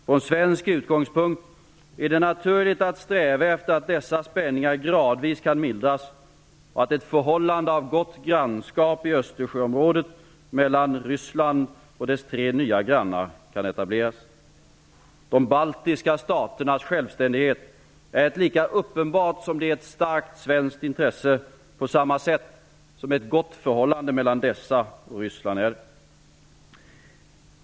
Från svensk utgångspunkt är det naturligt att sträva efter att dessa spänningar gradvis kan mildras och att ett förhållande av gott grannskap kan etableras mellan Ryssland och dess tre nya grannar i Östersjöområdet. De baltiska staternas självständighet är ett lika uppenbart som starkt svenskt intresse, på samma sätt som ett gott förhållande mellan dessa och Ryssland är det.